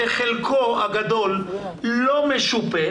שחלקו הגדול לא משופה,